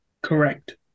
Correct